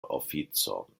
oficon